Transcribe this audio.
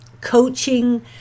coaching